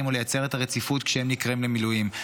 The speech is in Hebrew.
ולייצר את הרציפות כשהם נקראים למילואים,